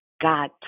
God